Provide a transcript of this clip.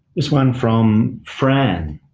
this one from fran.